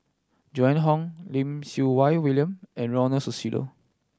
Joan Hon Lim Siew Wai William and Ronald's Susilo